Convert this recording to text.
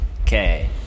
okay